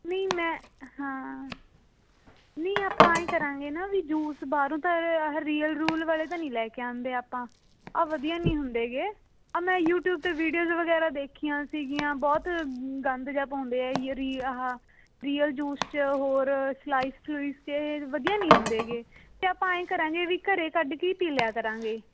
ਨਹੀਂ ਮੈਂ ਹਾਂ ਨਹੀਂ ਆਪਾਂ ਐਂਉਂ ਕਰਾਂਗੇ ਨਾ ਵੀ ਜੂਸ ਬਾਹਰੋਂ ਤਾਂ ਰੀਅਲ ਰੂਲ ਵਾਲੇ ਤਾਂ ਨਹੀਂ ਲੈ ਕੇ ਆਉਂਦੇ ਆਪਾਂ ਆਹ ਵਧੀਆ ਨਹੀਂ ਹੁੰਦੇ ਹੈਗੇ ਆ ਮੈਂ ਯੂਟੀਊਬ 'ਤੇ ਵੀਡੀਓਜ਼ ਵਗੈਰਾ ਦੇਖੀਆਂ ਸੀਗੀਆਂ ਬਹੁਤ ਗੰਦ ਜਿਹਾ ਪਾਉਂਦੇ ਆ ਯਰੀ ਆਹ ਰੀਅਲ ਜੂਸ 'ਚ ਹੋਰ ਸਲਾਈਸ ਸੂਲਈਸ 'ਚ ਐਹ ਵਧੀਆ ਨਹੀਂ ਹੁੰਦੇ ਹੈਗੇ ਅਤੇ ਆਪਾਂ ਆਈਂ ਕਰਾਂਗੇ ਵੀ ਘਰੇ ਕੱਢ ਕੇ ਪੀ ਲਿਆ ਕਰਾਂਗੇ